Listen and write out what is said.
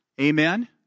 Amen